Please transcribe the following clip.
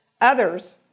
Others